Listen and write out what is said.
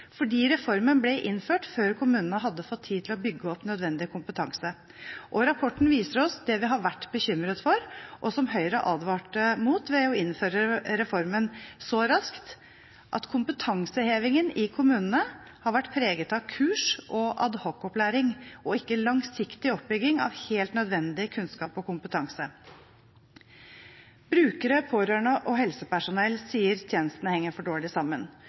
fordi reformen ble innført før kommunene hadde fått tid til å bygge opp nødvendig kompetanse. Og rapporten viser oss det vi har vært bekymret for, og som Høyre advarte mot, ved å innføre reformen så raskt, at kompetansehevingen i kommune har vært preget av kurs og ad hoc-opplæring og ikke langsiktig oppbygging av helt nødvendig kunnskap og kompetanse. Brukere, pårørende og helsepersonell sier tjenestene henger for dårlig sammen.